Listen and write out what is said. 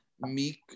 meek